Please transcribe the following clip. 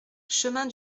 chemin